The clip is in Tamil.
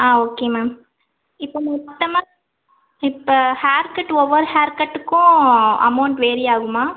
ஆ ஓகே மேம் இப்போ மொத்தமாக இப்போ ஹேர் கட் ஒவ்வொரு ஹேர் கட்டுக்கும் அமௌண்ட் வேரி ஆகுமா